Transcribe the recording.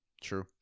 True